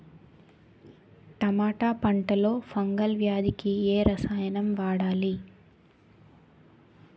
టమాటా పంట లో ఫంగల్ వ్యాధికి ఏ రసాయనం వాడాలి?